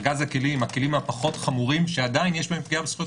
הכלים הפחות החמורים שעדיין יש בהם פגיעה בזכויות